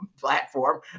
platform